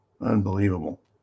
Unbelievable